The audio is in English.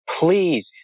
Please